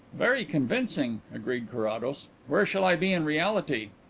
very convincing, agreed carrados. where shall i be in reality?